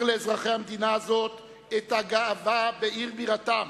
לאזרחי המדינה הזאת את הגאווה בעיר בירתם,